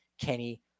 Kenny